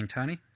Tony